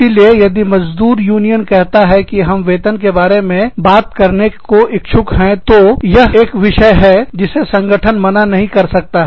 इसीलिए यदि मज़दूर यूनियन कहता है कि हम वेतन के बारे में बात करने को इच्छुक है तो यह एक विषय है जिसे संगठन मना नहीं कर सकता